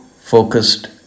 focused